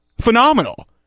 phenomenal